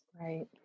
Right